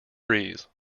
breeze